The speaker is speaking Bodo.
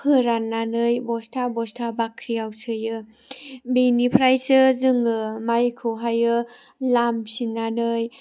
फोराननानै बस्था बस्था बाख्रियाव सोयो बिनिफ्रायसो जोङो माइखौहाय लामफिननानै